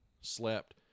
slept